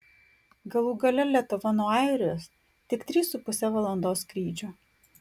galų gale lietuva nuo airijos tik trys su puse valandos skrydžio